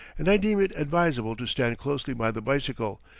and i deem it advisable to stand closely by the bicycle,